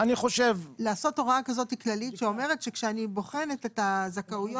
לעשות הוראה כזאת כללית שאומרת שכשאני בוחנת את הזכאויות